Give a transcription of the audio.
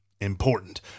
important